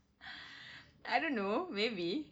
I don't know maybe